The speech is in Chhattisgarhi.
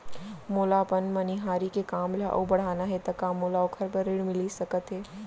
मोला अपन मनिहारी के काम ला अऊ बढ़ाना हे त का मोला ओखर बर ऋण मिलिस सकत हे?